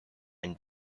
and